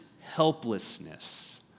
helplessness